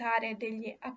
degli